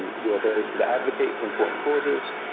your ability to advocate for important causes,